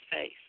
face